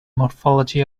morphology